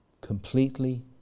completely